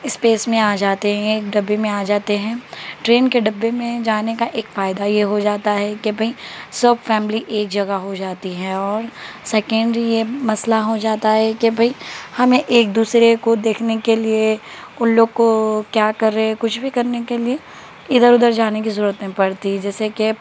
ایک اسپیس میں آ جاتے ہیں ایک ڈبے میں آ جاتے ہیں ٹرین کے ڈبے میں جانے کا ایک فائدہ یہ ہو جاتا ہے کہ بھائی سب فیملی ایک جگہ ہو جاتی ہیں اور سیکینڈ یہ مسئلہ ہو جاتا ہے کہ بھائی ہمیں ایک دوسرے کو دیکھنے کے لیے ان لوگ کو کیا کر رہے ہیں کچھ بھی کرنے کے لیے ادھر ادھر جانے کی ضرورت نہیں پڑتی جیسے کہ